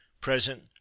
Present